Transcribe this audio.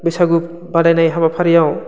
बैसागु बादायनाय हाबाफारियाव